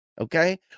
okay